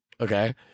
Okay